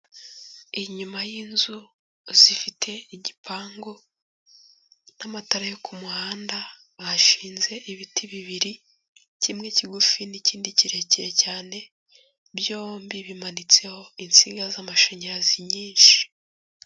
Inyuma y'inzu, zifite igipangu n'amatara yo ku muhanda, hashinze ibiti bibiri, kimwe kigufi n'ikindi kirekire cyane; byombi bimanitseho insinga z'amashanyarazi nyinshi.